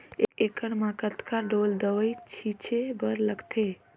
एक एकड़ म कतका ढोल दवई छीचे बर लगथे?